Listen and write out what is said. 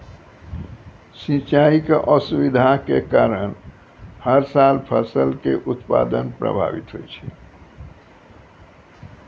सिंचाई के असुविधा के कारण हर साल फसल के उत्पादन प्रभावित होय छै